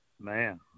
man